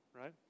right